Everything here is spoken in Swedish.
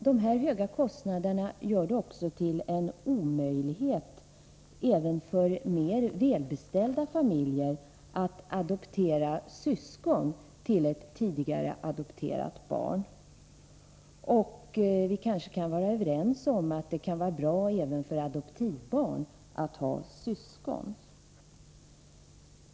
De höga kostnaderna gör det till en omöjlighet — även för mer välbeställda familjer — att adoptera syskon till ett tidigare adopterat barn. Och vi kanske kan vara överens om att det är bra även för adoptivbarn att ha syskon.